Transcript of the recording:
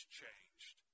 changed